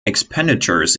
expenditures